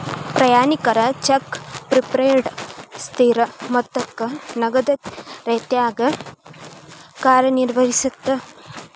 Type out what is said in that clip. ಪ್ರಯಾಣಿಕರ check prepaid ಸ್ಥಿರ ಮೊತ್ತಕ್ಕ ನಗದ ರೇತ್ಯಾಗ ಕಾರ್ಯನಿರ್ವಹಿಸತ್ತ